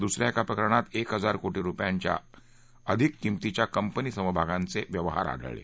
दुस या एका प्रकरणात एक हजार कोटी रुपयांच्या अधिक किंमतींच्या कंपनी समभागांचे व्यवहार आढळले